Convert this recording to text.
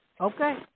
Okay